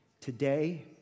today